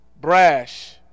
brash